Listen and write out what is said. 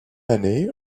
année